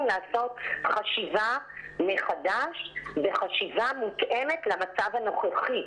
לעשות חשיבה מחדש וחשיבה מותאמת למצב הנוכחי,